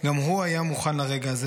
גם הוא היה מוכן לרגע הזה,